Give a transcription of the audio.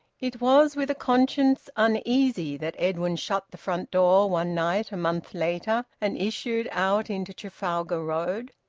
it was with a conscience uneasy that edwin shut the front door one night a month later, and issued out into trafalgar road.